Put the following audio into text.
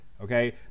okay